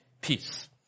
peace